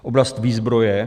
Oblast výzbroje.